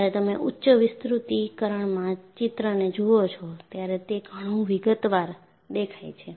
જ્યારે તમે ઉચ્ચ વિસ્તૃતીકરણમાં ચિત્રને જુઓ છો ત્યારે તે ઘણું વિગતવાર દેખાય છે